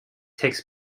takes